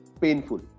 painful